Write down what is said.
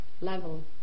level